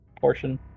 portion